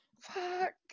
Fuck